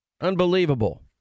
Unbelievable